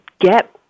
get